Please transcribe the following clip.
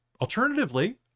alternatively